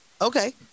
Okay